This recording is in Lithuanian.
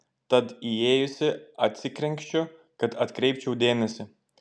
tad įėjusi atsikrenkščiu kad atkreipčiau dėmesį